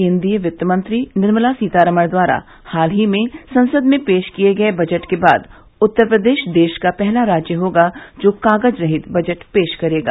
केन्द्रीय वित्त मंत्री निर्मला सीतारमण द्वारा हाल ही में संसद में पेश किए गए केंद्रीय बजट के बाद उत्तर प्रदेश देश का पहला राज्य होगा जो कागज रहित बजट पेश करेगा